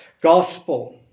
gospel